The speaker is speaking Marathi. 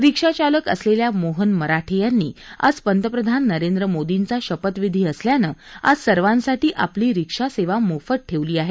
रिक्षा चालक असलेल्या मोहन मराठे यांनी आज पंतप्रधान नरेंद्र मोदींचा शपथविधी असल्यानं आज सर्वांसाठी आपली रिक्षासेवा मोफत ठेवली आहे